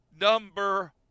number